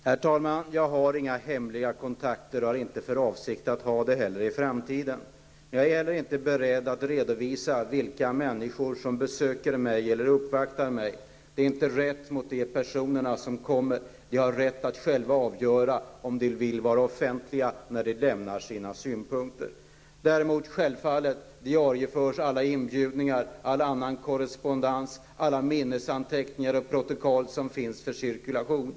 Herr talman! Jag har inga ''hemliga kontakter'', och jag har inte heller för avsikt att i framtiden ha några sådana. Jag är heller inte beredd att redovisa vilka människor som besöker eller uppvaktar mig. Det är inte rätt mot de personer som kommer. De har rätt att själva avgöra om de vill vara offentliga när de lämnar sina synpunkter. Däremot diarieförs självfallet alla inbjudningar, all annan korrespondens, alla minnesanteckningar och alla protokoll som finns för cirkulation.